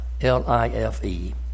L-I-F-E